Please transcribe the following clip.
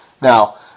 Now